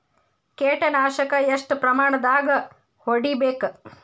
ಕೇಟ ನಾಶಕ ಎಷ್ಟ ಪ್ರಮಾಣದಾಗ್ ಹೊಡಿಬೇಕ?